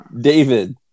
David